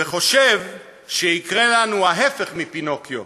וחושב שיקרה לנו ההפך מפינוקיו,